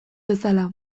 bezala